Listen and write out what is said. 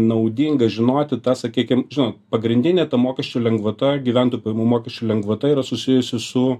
naudinga žinoti tą sakykim žinot pagrindinė to mokesčio lengvata gyventojų pajamų mokesčio lengvata yra susijusi su